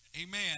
amen